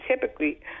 typically